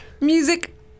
Music